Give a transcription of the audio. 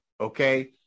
okay